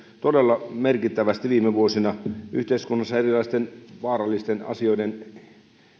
todella merkittävästi viime vuosina yhteiskunnassa erilaisten vaarallisten asioiden